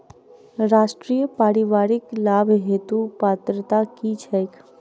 राष्ट्रीय परिवारिक लाभ हेतु पात्रता की छैक